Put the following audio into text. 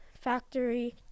factory